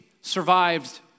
survived